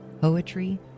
poetry